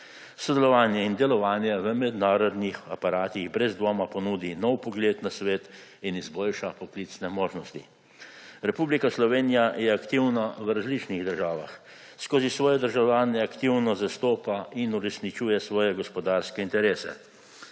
Sodelovanje in delovanje v mednarodnih aparatih brez dvoma ponudi nov pogled na svet in izboljša poklicne možnosti. Republika Slovenija je aktivna v različnih državah. Skozi svoje državljane aktivno zastopa in uresničuje svoje gospodarske interese,